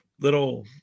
Little